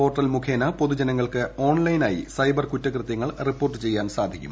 portal മുഖേന പൊതുജനങ്ങൾക്ക് ഓൺലൈനായി സൈബർ കുറ്റകൃത്യങ്ങൾ റിപ്പോർട്ട് ചെയ്യാൻ കഴിയും